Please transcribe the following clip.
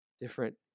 different